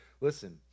listen